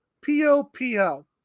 P-O-P-L